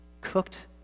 cooked